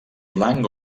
blanc